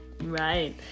Right